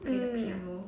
mm